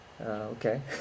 Okay